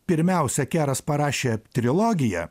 pirmiausia keras parašė trilogiją